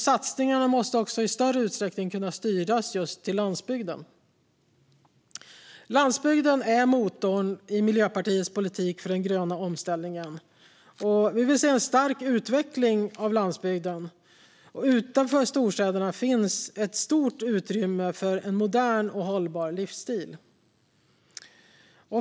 Satsningarna måste också i större utsträckning kunna styras just till landsbygden. Landsbygden är motorn i Miljöpartiets politik för den gröna omställningen. Vi vill se en stark utveckling av landsbygden. Utanför storstäderna finns ett stort utrymme för en modern och hållbar livsstil.